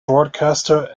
broadcaster